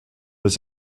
was